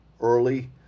early